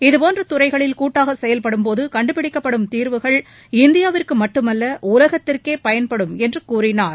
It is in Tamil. இதபோன்ற துறைகளில் கூட்டாக செயல்படும்போது கண்டுபிடிக்கப்படும் தீர்வுகள் இந்தியாவிற்கு மட்டுமல்ல உலகத்திற்கே பயன்படும் என்று கூறினார்